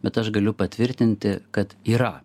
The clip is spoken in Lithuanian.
bet aš galiu patvirtinti kad yra